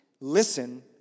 Listen